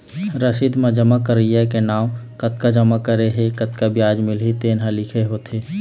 रसीद म जमा करइया के नांव, कतका जमा करे हे, कतका बियाज मिलही तेन ह लिखे होथे